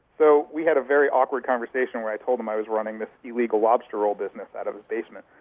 so we had a very awkward conversation where i told him i was running this illegal lobster roll business out of his basement.